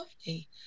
lovely